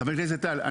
חבר הכנסת טל,